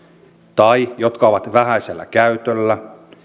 tai jotka ovat vähäisellä käytöllä